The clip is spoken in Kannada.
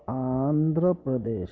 ಆಂಧ್ರ ಪ್ರದೇಶ್